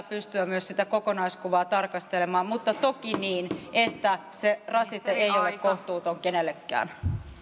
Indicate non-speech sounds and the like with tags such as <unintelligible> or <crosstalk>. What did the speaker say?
<unintelligible> pystyä myös sitä kokonaiskuvaa tarkastelemaan mutta toki niin että se rasite ei ole kohtuuton kenellekään